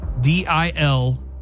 D-I-L